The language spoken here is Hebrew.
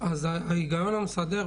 אבל אז פתאום הבית שלהן נהרס,